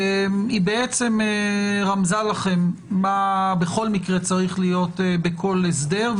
היא רמזה לכם מה בכל מקרה צריך להיות כל הסדר,